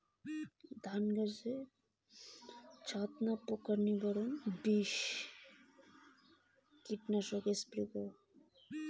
ধান গাছের ছাতনা পোকার নিবারণ কোন কীটনাশক দ্বারা সম্ভব?